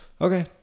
Okay